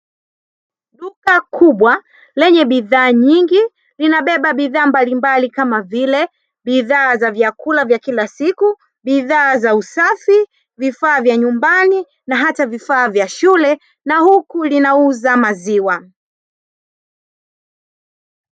Duka kubwa lenye bidhaa nyingi linabeba bidhaa mbalimbali kama vile bidhaa za vyakula vya kila siku, bidhaa za usafi, vifaa vya nyumbani na hata vifaa vya shule. Na huku linauza maziwa.